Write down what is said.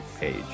page